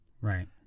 Right